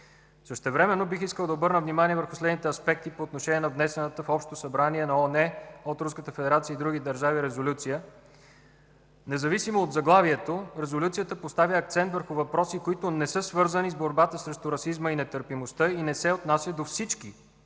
Същевременно бих искал да обърна внимание върху следните аспекти по отношение на внесената в Общото събрание на ООН от Руската федерация и други държави Резолюция. Независимо от заглавието, Резолюцията поставя акцент върху въпроси, които не са свързани с борбата срещу расизма и нетърпимостта и не се отнася до всички